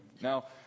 Now